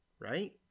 Right